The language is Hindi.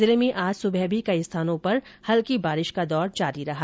जिले में आज सुबह भी कई स्थानों पर हल्की बारिश का दौर जारी रहा